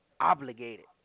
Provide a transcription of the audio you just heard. obligated